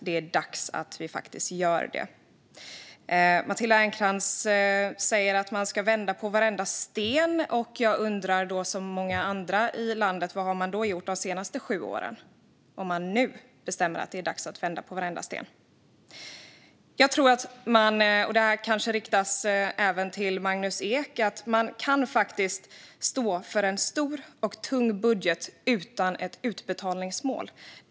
Det är dags att vi gör det. Matilda Ernkrans säger att man ska vända på varenda sten. Jag undrar som många andra i landet: Vad har man då gjort under de senaste sju åren om man nu bestämmer att det är dags att vända på varenda sten? Det jag säger riktar sig kanske också till Magnus Ek. Man kan stå för en stor och tung budget utan ett utbetalningsmål.